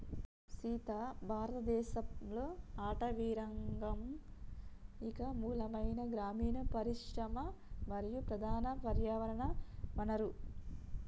సీత భారతదేసంలో అటవీరంగం ఇంక మూలమైన గ్రామీన పరిశ్రమ మరియు ప్రధాన పర్యావరణ వనరు